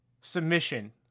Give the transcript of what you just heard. submission